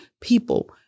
people